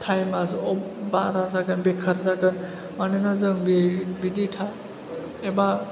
time आसो अभ बारा जागोन बेखार जागोन मानोना जों बे बिदि था एबा